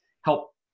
help